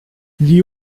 gli